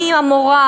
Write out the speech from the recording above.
מי המורה,